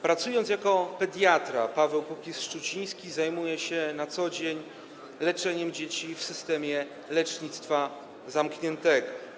Pracując jako pediatra, Paweł Kukiz-Szczuciński zajmuje się na co dzień leczeniem dzieci w systemie lecznictwa zamkniętego.